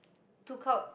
took out